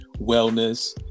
wellness